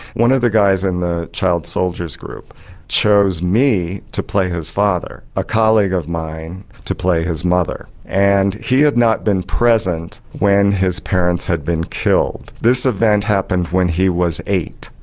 one of the guys in the child soldiers group chose me to play his father, a colleague of mine to play his mother, and he had not been present when his parents had been killed. this event happened when he was eight.